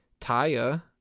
Taya